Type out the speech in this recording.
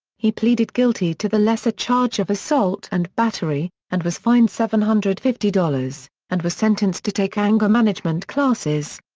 he pleaded guilty to the lesser charge of assault and battery, and was fined seven hundred and fifty dollars, and was sentenced to take anger management classes.